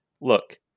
look